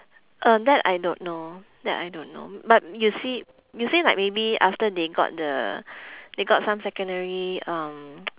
uh that I don't know that I don't know but you see you see like maybe after they got the they got some secondary um